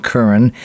Curran